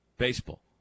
baseball